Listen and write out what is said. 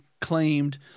Claimed